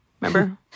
remember